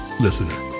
listener